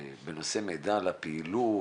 בנושא מידע על הפעילות,